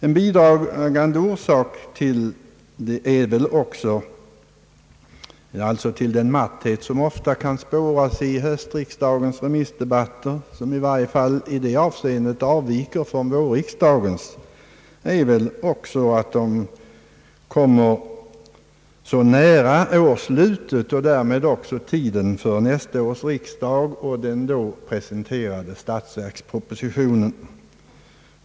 En bidragande orsak till den matthet som ofta kan spåras i höstriksdagens remissdebatter, vilka i varje fall i det avseendet avviker från vårriksdagens, är väl också att debatten kommer så nära årets slut och därmed också nästa års riksdag och den då presenterade statsverkspropositionen.